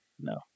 No